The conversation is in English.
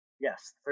Yes